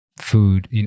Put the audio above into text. food